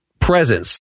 presence